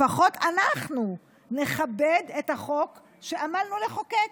לפחות אנחנו נכבד את החוק שעמלנו לחוקק.